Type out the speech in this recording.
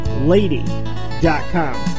lady.com